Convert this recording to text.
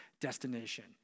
destination